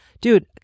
dude